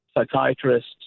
psychiatrists